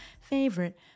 favorite